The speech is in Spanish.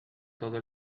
todo